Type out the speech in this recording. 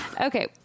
Okay